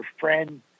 friend